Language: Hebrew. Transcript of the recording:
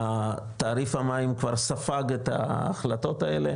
התעריף המים כבר ספג את ההחלטות האלה,